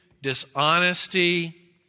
dishonesty